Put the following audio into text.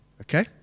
Okay